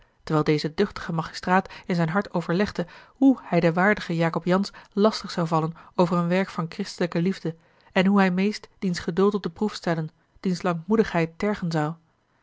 terwijl deze duchtige magistraat in zijn hart overlegde hoe hij den waardigen jacob jansz lastig zou vallen over een werk van christelijke liefde en hoe hij meest diens geduld op de proef stellen diens